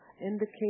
indicate